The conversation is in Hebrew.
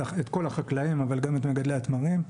את כל החקלאים, אבל גם את מגדלי התמרים.